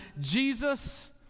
Jesus